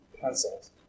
pencils